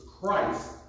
Christ